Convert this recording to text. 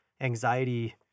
anxiety